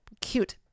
cute